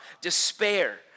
despair